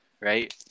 right